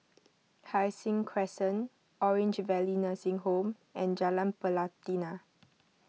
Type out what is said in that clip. Hai Sing Crescent Orange Valley Nursing Home and Jalan Pelatina